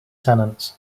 tenants